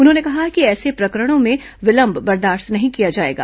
उन्होंने कहा कि ऐसे प्रकरणों में विलंब बर्दाश्त नहीं किया जाएगा